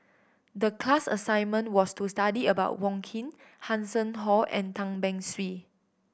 the class assignment was to study about Wong Keen Hanson Ho and Tan Beng Swee